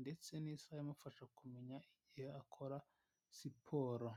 ndetse n'isaha imufasha kumenya igihe akora siporo.